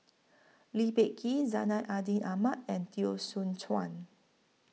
Lee Peh Gee Zainal Abidin Ahmad and Teo Soon Chuan